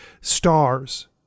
stars